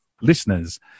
Listeners